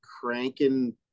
cranking